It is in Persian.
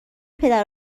پدر